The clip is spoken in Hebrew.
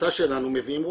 בהמלצה שלנו מביאים רופאים,